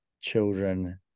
children